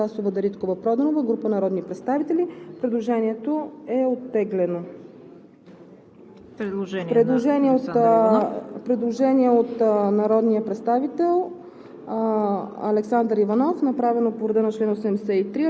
По § 14 е постъпило предложение от народния представител Даниела Анастасова Дариткова-Проданова и група народни представители. Предложението е оттеглено. Предложение на народния представител